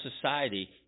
society